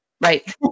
Right